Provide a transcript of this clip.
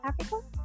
Africa